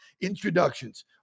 introductions